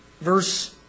Verse